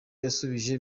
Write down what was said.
yasubije